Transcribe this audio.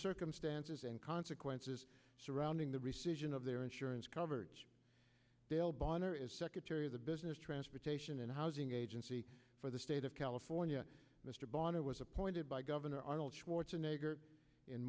circumstances and consequences surrounding the reception of their insurance covered bail bond or as secretary of the business transportation and housing agency for the state of california mr bonner was appointed by governor arnold schwarzenegger in